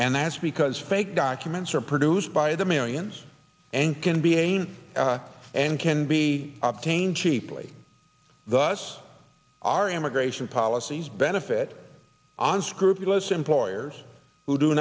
and that's because fake documents are produced by the millions and can be a pain and can be obtained cheaply thus our immigration policies benefit unscrupulous employers who do